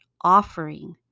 offering